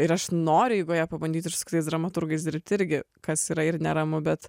ir aš noriu eigoje pabandyti ir su kitais dramaturgais dirbti irgi kas yra ir neramu bet